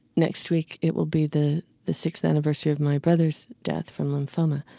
next week it will be the the sixth anniversary of my brother's death from lymphoma.